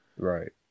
Right